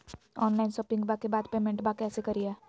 Online शोपिंग्बा के बाद पेमेंटबा कैसे करीय?